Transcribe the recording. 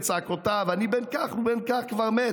בצעקותיו: אני בין כך ובין כך כבר מת,